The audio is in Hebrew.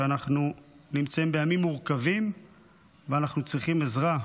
כשאנחנו נמצאים בימים מורכבים ואנחנו צריכים עזרה,